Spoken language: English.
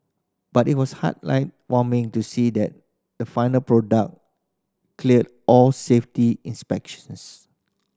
but it was heart warming to see that the final product clear all safety inspections